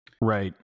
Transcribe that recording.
Right